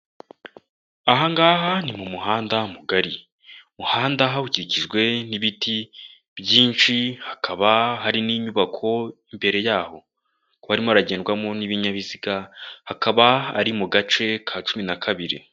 Aha ngaha ni mu muhanda mugari, umuhanda ukikijwe n'ibiti byinshi, hakaba hari n'inyubako imbere yaho, hakaba harimo haragendwamo n'ibinyabiziga akaba ari mu gace ka cumi na kabiri.